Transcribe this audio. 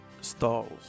stalls